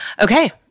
Okay